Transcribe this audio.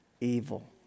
evil